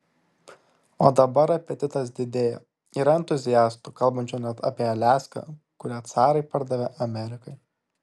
o dabar apetitas didėja yra entuziastų kalbančių net apie aliaską kurią carai pardavė amerikai